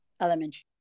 elementary